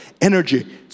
energy